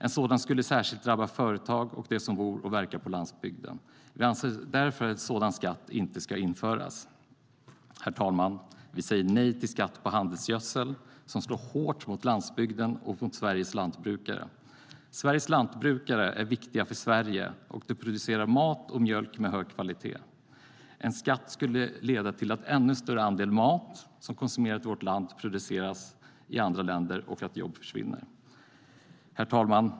En sådan skulle särskilt drabba företag och människor som bor och verkar på landsbygden. Vi anser därför att en sådan skatt inte ska införas. Herr talman! Vi säger nej till en skatt på handelsgödsel som slår hårt mot landsbygden och mot Sveriges lantbrukare. Sveriges lantbrukare är viktiga för Sverige, och de producerar mat och mjölk med hög kvalitet. En skatt skulle leda till att en ännu större andel av den mat som konsumeras i vårt land skulle produceras i andra länder och till att jobb skulle försvinna.